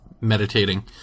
meditating